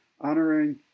honoring